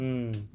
mm